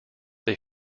they